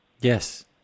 Yes